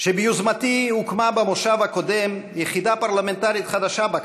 שביוזמתי הוקמה במושב הקודם יחידה פרלמנטרית חדשה,